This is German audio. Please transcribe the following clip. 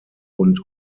und